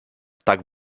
tak